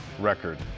record